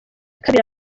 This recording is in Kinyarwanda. kabiri